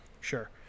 sure